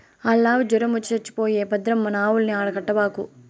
ఆల్లావు జొరమొచ్చి చచ్చిపోయే భద్రం మన ఆవుల్ని ఆడ కట్టబాకు